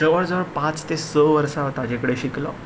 जवळ जवळ पांच ते स वर्सां ताजे कडेन शिकलो